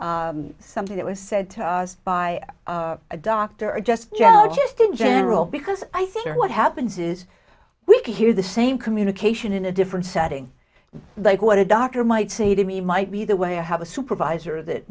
into something that was said to us by a doctor or just just in general because i think what happens is we could hear the same communication in a different setting like what a doctor might say to me might be the way i have a supervisor that